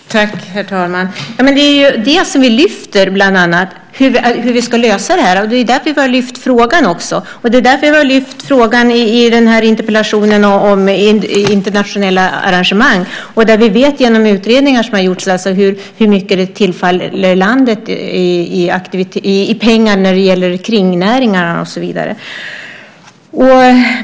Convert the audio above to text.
Herr talman! Men det är ju bland annat det som vi lyfter, hur vi ska lösa det här. Det är också därför vi har lyft fram frågan. Det är därför vi har lyft fram frågan om internationella arrangemang i interpellationen. Vi vet genom utredningar som har gjorts hur mycket pengar som tillfaller landet när det gäller kringnäringar och så vidare.